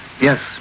Yes